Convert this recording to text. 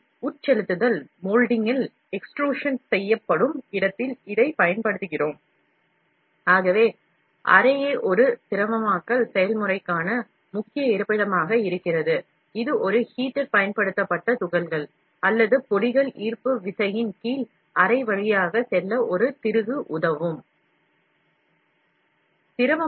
ஒரு ஹீட்டர் இருப்பதாக நான் சொன்னேன் அதில் ஹீட்டர் துகள்களுக்கு வெப்பத்தை மாற்றுகிறது அல்லது பொடிகள் ஈர்ப்பு விசையின் கீழ் அல்லது ஒரு திருகு உதவியுடன் அறை வழியாக வழங்கப்படுகின்றன